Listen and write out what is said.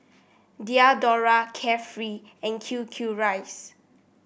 Diadora Carefree and Q Q rice